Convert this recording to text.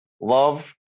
love